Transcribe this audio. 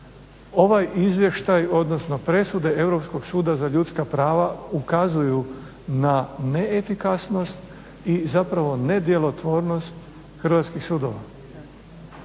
Ovaj izvještaj odnosno presude Europskog suda za ljudska prava ukazuju na neefikasnost i zapravo nedjelotvornost hrvatskih sudova.